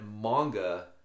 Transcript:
manga